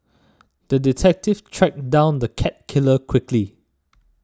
the detective tracked down the cat killer quickly